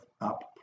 up